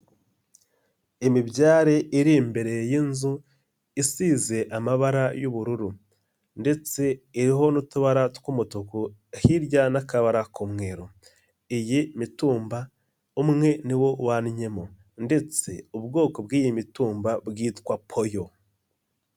Imibyari iri imbere yin'zu isize amabara y'ubururu ndetse iriho n'utubara tw'umutuku hirya n'akabara k'umweru, iyi mitumba umwe niwo wannyemo ndetse ubwoko bw'iyi mitumba bwitwa poyo.